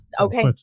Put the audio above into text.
okay